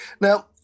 Now